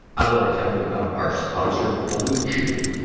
i wanna tell you about our sponsor bluechew.